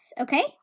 okay